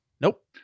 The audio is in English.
Nope